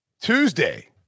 Tuesday